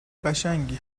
قشنگی